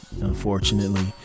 unfortunately